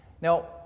Now